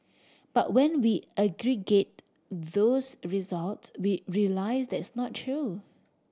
but when we aggregate those results we realise that's not true